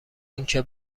اینکه